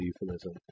euphemism